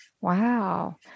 Wow